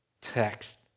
Text